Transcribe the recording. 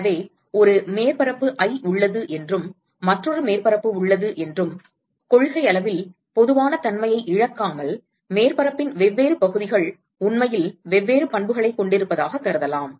எனவே ஒரு மேற்பரப்பு i உள்ளது என்றும் மற்றொரு மேற்பரப்பு உள்ளது என்றும் கொள்கையளவில் பொதுவான தன்மையை இழக்காமல் மேற்பரப்பின் வெவ்வேறு பகுதிகள் உண்மையில் வெவ்வேறு பண்புகளைக் கொண்டிருப்பதாகக் கருதலாம்